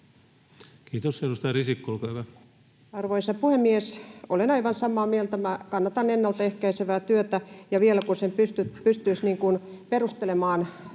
Time: 19:42 Content: Arvoisa puhemies! Olen aivan samaa mieltä. Minä kannatan ennalta ehkäisevää työtä, ja vielä kun sen pystyisi perustelemaan: